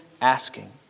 asking